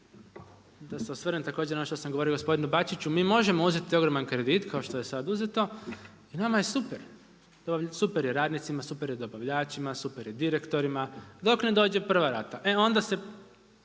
da se osvrnem također na ono što sam govorio gospodinu Bačiću, mi možemo uzeti ogroman kredit, kao što je sad uzeto, i nama je super, super je radnicima, super je dobavljačima, super je direktorima dok ne dođe prva rata, e onda